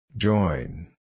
Join